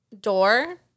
door